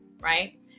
right